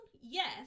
Yes